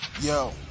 Yo